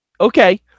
Okay